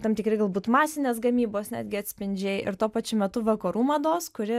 tam tikri galbūt masinės gamybos netgi atspindžiai ir tuo pačiu metu vakarų mados kuri